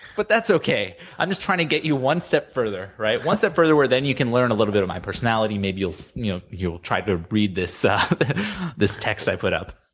but that's okay. i'm just trying to get you one step further, right? one step further where then you can learn a little bit of my personality, maybe you'll so you know you'll try to read this text text i put up,